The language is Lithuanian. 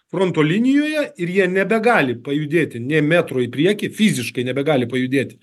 fronto linijoje ir jie nebegali pajudėti nė metro į priekį fiziškai nebegali pajudėti